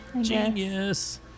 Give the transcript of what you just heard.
genius